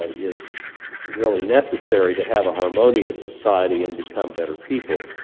ah is really necessary to have a harmonious society and become better people.